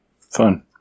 Fun